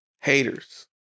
haters